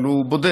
אבל הוא בודד.